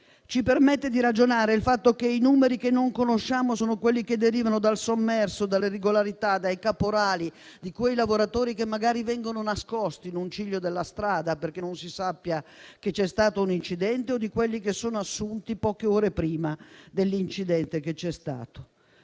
su come contrastarli e sul fatto che i numeri che non conosciamo sono quelli che derivano dal sommerso, dalle irregolarità e dai caporali di quei lavoratori che magari vengono nascosti in un ciglio della strada perché non si sappia che c'è stato un incidente o di quelli che sono stati assunti poche ore prima dell'incidente. Sono